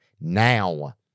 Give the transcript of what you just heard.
now